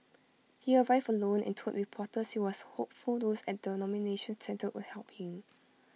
he arrived alone and told reporters he was hopeful those at the nomination centre would help him